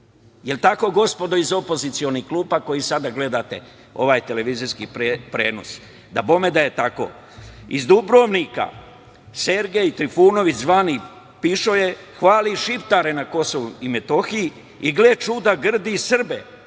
Jel tako, gospodo, iz opozicionih klupa koji sada gledate ovaj televizijski prenos? Dabome da je tako. Iz Dubrovnika Sergej Trifunović, zvani „pišoje“, hvali Šiptare na Kosovu i Metohiji i grdi Srbe